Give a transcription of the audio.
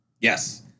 Yes